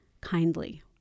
kindly